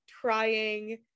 trying